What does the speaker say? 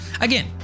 Again